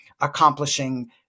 accomplishing